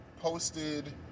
posted